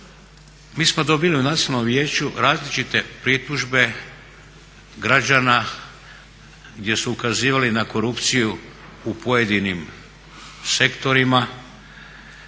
Mi smo dobili u Nacionalnom vijeću različite pritužbe građana gdje su ukazivali na korupciju u pojedinim sektorima.